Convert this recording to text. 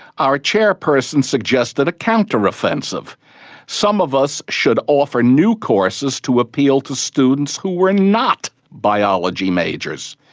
our chairperson suggested a counteroffensive some of us should offer new courses to appeal to students who were not biology majors.